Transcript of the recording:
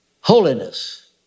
holiness